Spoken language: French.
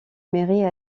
mairie